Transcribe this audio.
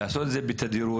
לעשות את זה בתדירות,